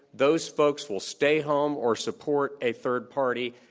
those folks will stay home or support a third party,